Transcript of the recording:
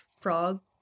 frog